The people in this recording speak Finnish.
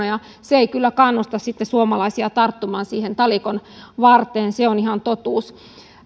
ja se ei kyllä kannusta sitten suomalaisia tarttumaan siihen talikonvarteen se on ihan totuus